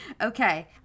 Okay